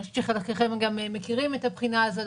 אני חושבת שחלקכם גם מכירים את הבחינה הזאת.